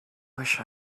wish